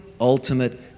ultimate